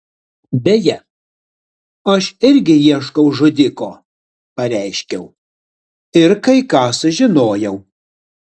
beje aš irgi ieškau žudiko pareiškiau ir kai ką sužinojau